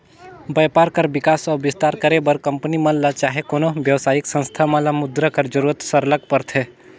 बयपार कर बिकास अउ बिस्तार करे बर कंपनी मन ल चहे कोनो बेवसायिक संस्था मन ल मुद्रा कर जरूरत सरलग परथे